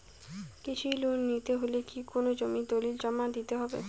কৃষি লোন নিতে হলে কি কোনো জমির দলিল জমা দিতে হবে?